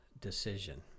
decision